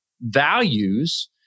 values